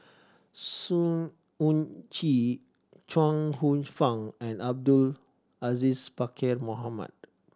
Sng Choon Yee Chuang Hsueh Fang and Abdul Aziz Pakkeer Mohamed